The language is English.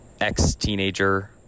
ex-teenager